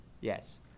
Yes